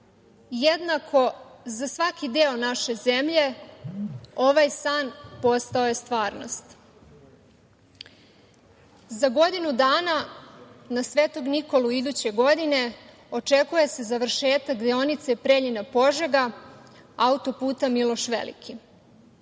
jednako za svaki deo naše zemlje, ovaj san postao je stvarnost. Za godinu dana, na svetog Nikolu, iduće godine, očekuje se završetak deonice Preljina-Požega, auto-puta „Miloš Veliki“.